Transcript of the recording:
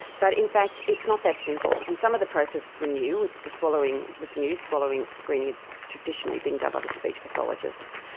but in fact it's not that simple, and some of the processes were new, the swallowing was new, swallowing screening had traditionally been done by the speech pathologists.